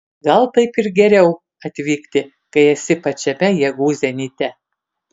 gal taip ir geriau atvykti kai esu pačiame jėgų zenite